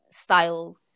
style